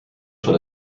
schon